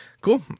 Cool